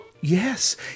yes